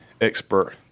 expert